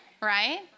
Right